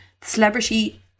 celebrity